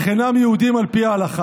אך הם אינם יהודים על פי ההלכה,